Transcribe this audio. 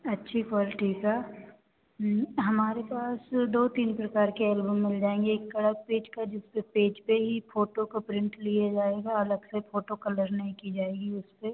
अच्छी क्वालटी का हमारे पास दो तीन प्रकार के एल्बम मिल जाएँगे एक का पेज का जिसपर पेज पर ही फोटो का प्रिन्ट लिया जाएगा अलग से फोटो कलर नहीं की जाएगी उसपर